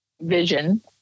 vision